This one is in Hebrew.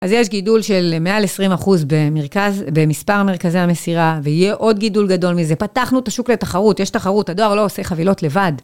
אז יש גידול של מעל 20% במספר מרכזי המסירה, ויהיה עוד גידול גדול מזה. פתחנו את השוק לתחרות, יש תחרות, הדואר לא עושה חבילות לבד.